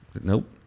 Nope